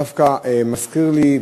זה דווקא מזכיר לי,